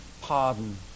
pardon